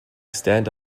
stand